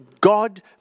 God